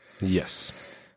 Yes